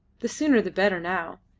the sooner the better now.